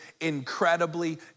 incredibly